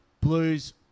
Blues